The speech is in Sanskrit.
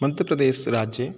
मद्यप्रदेशराज्ये